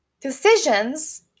Decisions